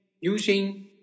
using